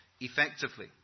effectively